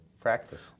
practice